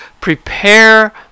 prepare